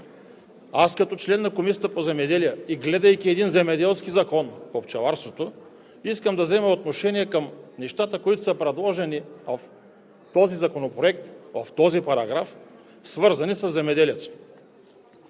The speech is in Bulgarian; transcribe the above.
Като член на Комисията по земеделието и храните и гледайки един земеделски закон – за пчеларството, искам да взема отношение към нещата, които са предложени в този законопроект, в този параграф, свързани със земеделието.